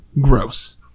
gross